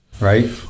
Right